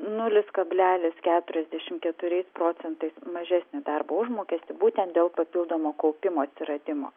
nulis kablelis keturiasdešimt keturiais procentais mažesnį darbo užmokestį būtent dėl papildomo kaupimo atsiradimo